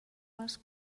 les